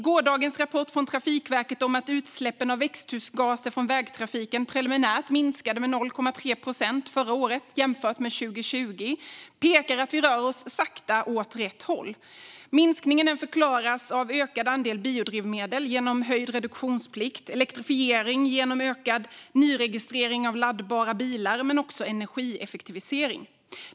Gårdagens rapport från Trafikverket om att utsläppen av växthusgaser från vägtrafiken preliminärt minskade med 0,3 procent förra året jämfört med 2020 pekar på att vi sakta rör oss åt rätt håll. Minskningen förklaras av ökad andel biodrivmedel genom höjd reduktionsplikt, elektrifiering genom ökad nyregistrering av laddbara bilar men också energieffektivisering.